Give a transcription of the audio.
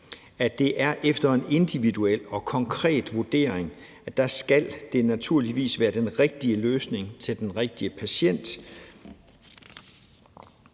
at det er efter en individuel og konkret vurdering. Det skal naturligvis være den rigtige løsning til den rigtige patient.